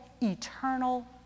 eternal